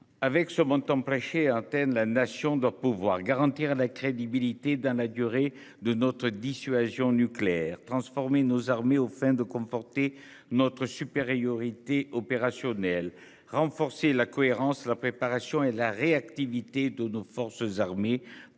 Avec ce montant prêcher hein ten la nation doit pouvoir garantir la crédibilité dans la durée de notre dissuasion nucléaire transformer nos armées, aux fins de conforter notre supériorité opérationnelle renforcer la cohérence, la préparation et la réactivité de nos forces armées